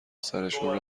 سرشون